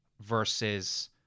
versus